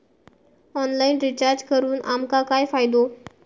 Online recharge करून आमका काय फायदो?